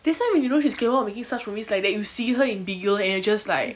that's why when we know she's capable of making such movies like that you see her in bigil and you're just like